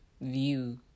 View